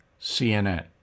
CNN